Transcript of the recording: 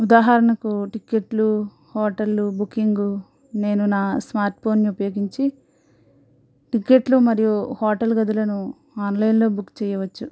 ఉదాహరణకు టికెట్లు హోటళ్ళు బుకింగ్ నేను నా స్మార్ట్ ఫోన్ని ఉపయోగించి టికెట్లు మరియు హోటల్ గదులను ఆన్లైన్లో బుక్ చేయవచ్చు